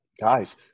guys